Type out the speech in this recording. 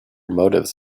motives